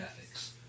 ethics